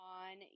on